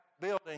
building